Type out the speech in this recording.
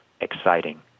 exciting